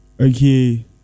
okay